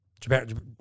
Japan